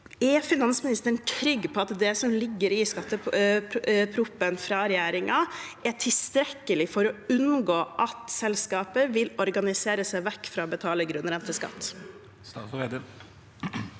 Er finansministeren trygg på at det som ligger i proposisjonen fra regjeringen, er tilstrekkelig for å unngå at selskaper vil organisere seg vekk fra å betale grunnrenteskatt?